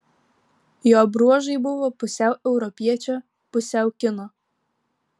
jo bruožai buvo pusiau europiečio pusiau kino